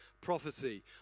prophecy